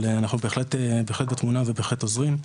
אבל אנחנו בהחלט בתמונה ובהחלט עוזרים.